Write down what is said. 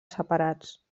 separats